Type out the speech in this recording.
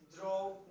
Draw